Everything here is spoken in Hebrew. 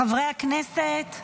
חברי הכנסת,